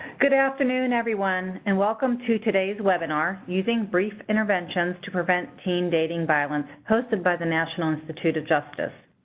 good afternoon, everyone, and welcome to today's webinar, using brief interventions to prevent teen dating violence, hosted by the national institute of justice.